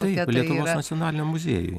taip lietuvos nacionaliniam muziejuj